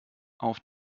auf